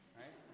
right